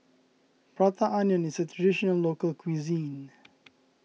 Prata Onion is a Traditional Local Cuisine